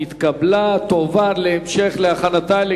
התש"ע 2009,